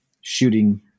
shooting